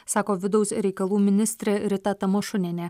sako vidaus reikalų ministrė rita tamašunienė